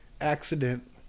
accident